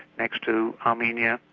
next to armenia,